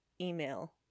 email